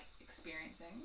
experiencing